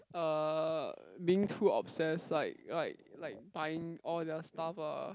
uh being too obsessed like like like buying all their stuff uh